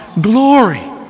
glory